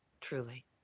truly